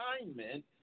assignment